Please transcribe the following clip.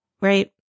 right